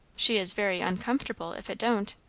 she is very uncomfortable if it don't.